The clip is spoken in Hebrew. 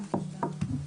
הדיבור.